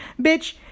bitch